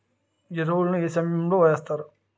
ఎరువుల ను ఏ సమయం లో వేస్తారు?